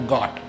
God